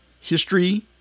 history